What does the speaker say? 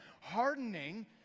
Hardening